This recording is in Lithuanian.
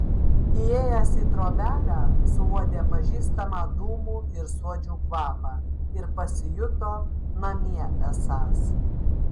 įėjęs į trobelę suuodė pažįstamą dūmų ir suodžių kvapą ir pasijuto namie esąs